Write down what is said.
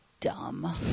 dumb